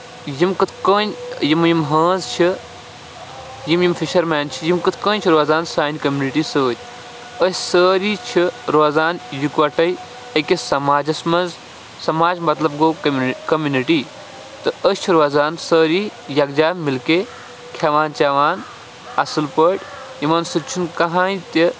یِم کِتھ کٲنٹھۍ یِم یِم ہٲنز چھِ یِم یِم فِشرمین یِم کِتھ کٔٲنٹھۍ چھِ روزان سانہِ کٔمنِٹی سۭتۍ أسۍ سٲری چھِ روزان یِکوَٹے أکِس سَماجس منٛز سَماج مطلب گوٚو کٔمنہِ کٔمنٹی تہٕ أسۍ چھِ روزان سٲری یِکجہ مِل کے کھیٚوان چیٚوان اَصٕل پٲٹھۍ یِمن سۭتۍ چھُ نہٕ کٕہینۍ تہِ